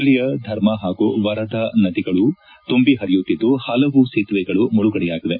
ಜಿಲ್ಲೆಯ ಧರ್ಮಾ ಹಾಗೂ ವರದಾ ನದಿಗಳು ತುಂಬಿ ಪರಿಯುತ್ತಿದ್ದು ಪಲವು ಸೇತುವೆಗಳು ಮುಳುಗಡೆಯಾಗಿವೆ